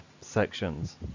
sections